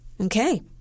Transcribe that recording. Okay